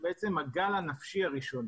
שהוא עצם הגל הנפשי הראשון.